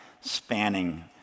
spanning